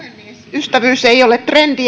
ystävyys ei ole trendi